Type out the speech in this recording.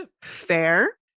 fair